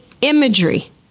imagery